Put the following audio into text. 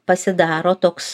pasidaro toks